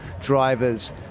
drivers